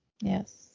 Yes